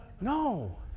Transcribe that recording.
No